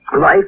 life